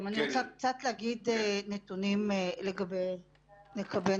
אני רוצה קצת להגיד נתונים לגבי התמותה.